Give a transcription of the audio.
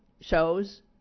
shows